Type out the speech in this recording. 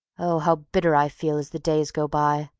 oh, how bitter i feel as the days go by!